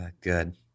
good